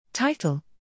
Title